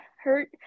hurt